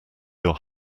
your